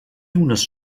unes